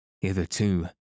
Hitherto